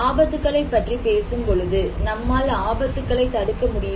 ஆபத்துக்களை பற்றி பேசும் பொழுது நம்மால் ஆபத்துக்களை தடுக்க முடியுமா